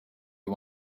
you